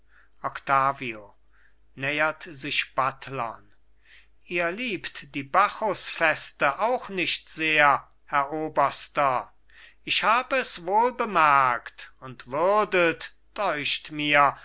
octavio nähert sich buttlern ihr liebt die bacchusfeste auch nicht sehr herr oberster ich hab es wohl bemerkt und würdet deucht mir